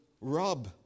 rob